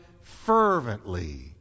fervently